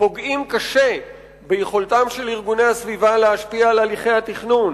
פוגעים קשה ביכולתם של ארגוני הסביבה להשפיע על הליכי התכנון: